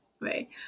right